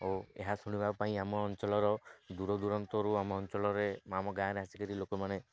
ଓ ଏହା ଶୁଣିବା ପାଇଁ ଆମ ଅଞ୍ଚଳର ଦୂରଦୂରାନ୍ତରରୁ ଆମ ଅଞ୍ଚଳରେ ଆମ ଗାଁରେ ଆସିକରି ଲୋକମାନେ